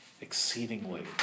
exceedingly